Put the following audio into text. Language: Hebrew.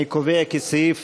אני קובע כי סעיף